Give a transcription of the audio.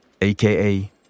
aka